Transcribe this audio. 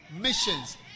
missions